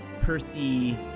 Percy